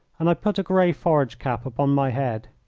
and i put a grey forage cap upon my head.